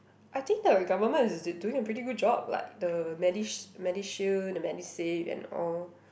I think the government is d~ doing a pretty good job like the Medish~ MediShield the MediSave and all